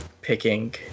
picking